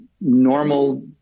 normal